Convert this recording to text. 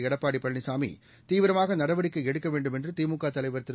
எடப்பாடி பழனிசாமி தீவிரமாக நடவடிக்கை எடுக்க வேண்டும் என்று திமுக தலைவர் திரு